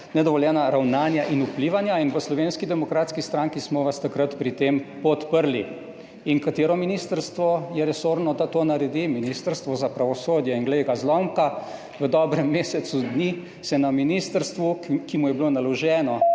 nedovoljena ravnanja in vplivanja in v Slovenski demokratski stranki smo vas takrat pri tem podprli. In katero ministrstvo je resorno, da to naredi? Ministrstvo za pravosodje. In glej ga zlomka, v dobrem mesecu dni se na ministrstvu, ki mu je bilo naloženo,